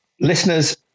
Listeners